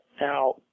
Now